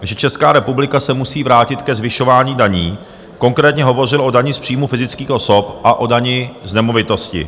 , že Česká republika se musí vrátit ke zvyšování daní, konkrétně hovořil o dani z příjmu fyzických osob a o dani z nemovitosti.